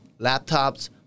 laptops